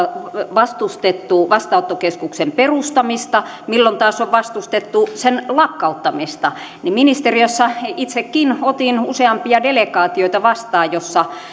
vastustettu vastaanottokeskuksen perustamista milloin taas on vastustettu sen lakkauttamista ja ministeriössä itsekin otin useampia delegaatioita vastaan joissa